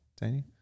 Danny